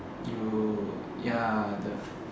you ya the